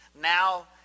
Now